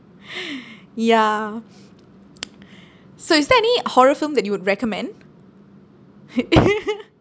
ya so is there any horror film that you would recommend